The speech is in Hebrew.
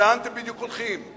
ולאן אתם בדיוק הולכים?